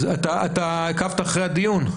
עקבת אחרי הדיון?